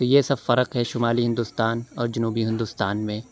تو یہ سب فرق ہے شمالی ہندوستان اور جنوبی ہندوستان میں